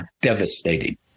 devastating